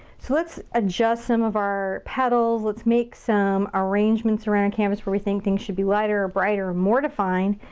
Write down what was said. so, let's adjust some of our petals. let's make some arrangements around our and canvas where we think things should be lighter, or brighter, or more defined,